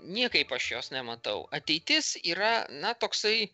niekaip aš jos nematau ateitis yra na toksai